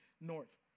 north